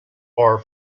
are